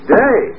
day